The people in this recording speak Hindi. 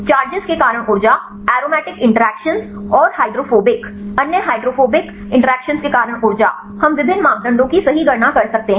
चार्जेज के कारण ऊर्जा एरोमेटिक इंटरैक्शन और हाइड्रोफोबिक अन्य हाइड्रोफोबिक इंटरैक्शन के कारण ऊर्जा हम विभिन्न मापदंडों की सही गणना कर सकते हैं